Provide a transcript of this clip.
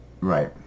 Right